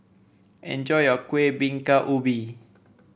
enjoy your Kueh Bingka Ubi